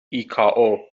ایکائو